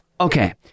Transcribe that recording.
Okay